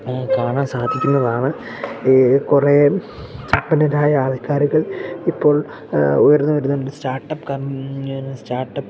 കാണാൻ സാധിക്കുന്നതാണ് ഈ കുറെ സമ്പനരായ ആൾക്കാരുകൾ ഇപ്പോൾ ഉയർന്ന് വരുന്നണ്ട് സ്റ്റാർട്ടപ്പ് കം സ്റ്റാർട്ടപ്പ്